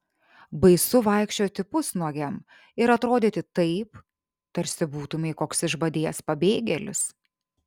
baisu vaikščioti pusnuogiam ir atrodyti taip tarsi būtumei koks išbadėjęs pabėgėlis